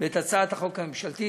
ואת הצעת החוק הממשלתית.